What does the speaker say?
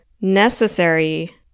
necessary